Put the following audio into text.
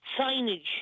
signage